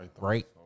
right